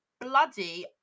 bloody